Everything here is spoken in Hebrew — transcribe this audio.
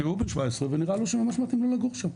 כי הוא בן 17 ונראה לו שמתאים לו לגור שם.